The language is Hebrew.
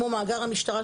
כמו מאגר המשטרה,